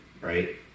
right